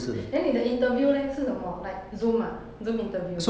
then 你的 interview leh 是什么 like zoom ah zoom interview